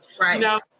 Right